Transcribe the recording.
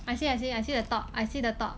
I see I see I see the top I see the top